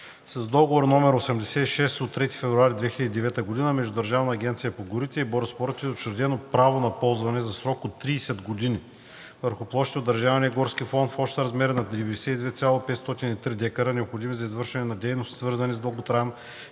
С Договор № 86 от 3 февруари 2009 г. между Държавна агенция по горите и „Бороспорт“ е учредено право на ползване за срок от 30 години върху площи от държавния горски фонд в общ размер на 92,503 дка, необходими за извършване на дейности, свързани с дълготраен